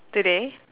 today